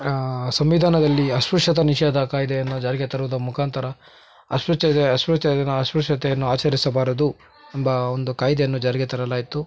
ಸಂವಿಧಾನದಲ್ಲಿ ಅಸ್ಪೃಶ್ಯತಾ ನಿಷೇದ ಕಾಯ್ದೆಯನ್ನು ಜಾರಿಗೆ ತರುವುದ ಮುಖಾಂತರ ಅಸ್ಪೃಚ್ಯತೆ ಅಸ್ಪೃಚ್ಯತೆಯನು ಅಸ್ಪೃಶ್ಯತೆಯನ್ನು ಆಚರಿಸಬಾರದು ಎಂಬ ಒಂದು ಕಾಯ್ದೆಯನ್ನು ಜಾರಿಗೆ ತರಲಾಯಿತು